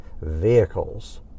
vehicles